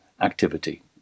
activity